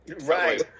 Right